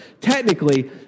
Technically